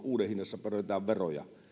uuden auton hinnassa peritään veroja